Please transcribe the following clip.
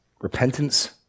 Repentance